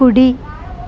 కుడి